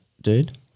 dude